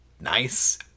Nice